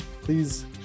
please